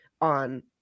on